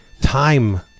time